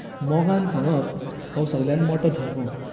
मोगान सांगप हो सगळ्यांत मोठो धर्म